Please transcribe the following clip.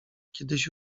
kiedyś